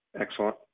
Excellent